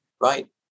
Right